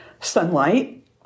sunlight